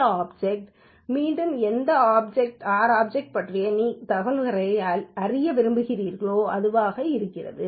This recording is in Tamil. இந்த ஆப்சக்ட் மீண்டும் எந்த R ஆப்சக்ட் பற்றி சில தகவல்களை அறிய விரும்புகிறீர்களோ அதுவாக இருக்கிறது